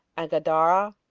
and gadara,